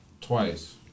Twice